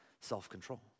self-control